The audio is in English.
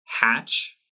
hatch